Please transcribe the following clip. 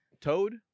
Toad